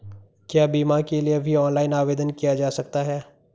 क्या बीमा के लिए भी ऑनलाइन आवेदन किया जा सकता है?